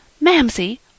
Mamsie